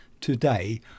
today